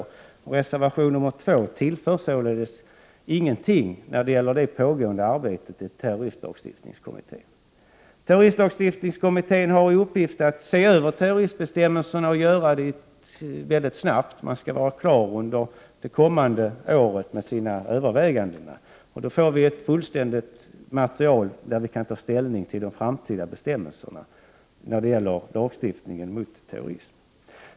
Denna reservation tillför således ingenting när det gäller det pågående arbetet i terroristlagstiftningskommittén. Kommittén har i uppgift att se över terroristbestämmelserna mycket snabbt — man skall vara klar under det kommande året med sina överväganden. Då får vi ett fullständigt material och kan ta ställning till de framtida bestämmelserna i lagstiftningen mot terrorism.